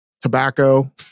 tobacco